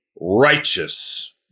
righteous